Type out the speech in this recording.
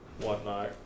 Whatnot